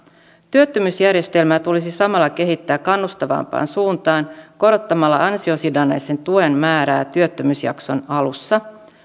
työttömyysjärjestelmää tulisi samalla kehittää kannustavampaan suuntaan korottamalla ansiosidonnaisen tuen määrää työttömyysjakson alussa